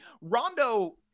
Rondo